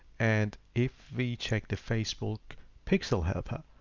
and if we check the facebook pixel helper,